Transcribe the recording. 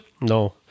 No